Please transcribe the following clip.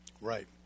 Right